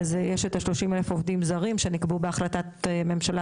יש את ה-30,000 עובדים זרים שהתקבלו בהחלטת ממשלה